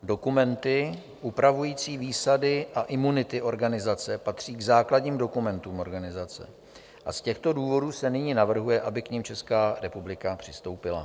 Dokumenty upravující výsady a imunity organizace patří k základním dokumentům organizace a z těchto důvodů se nyní navrhuje, aby k nim Česká republika přistoupila.